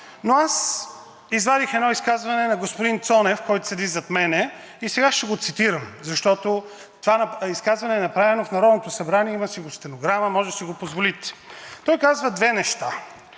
Аз извадих едно изказване на господин Цонев, който седи зад мен, и сега ще го цитирам – това изказване е направено в Народното събрание, има си го в стенограмата, може да си го прочетете. Той казва две неща.